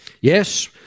Yes